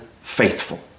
faithful